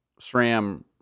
SRAM